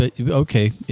okay